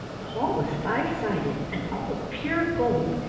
the hall was five-sided, and all of pure gold,